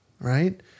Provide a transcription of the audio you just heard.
right